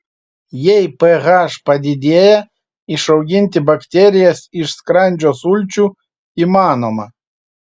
jei ph padidėja išauginti bakterijas iš skrandžio sulčių įmanoma